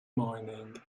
mining